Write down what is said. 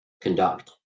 conduct